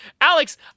Alex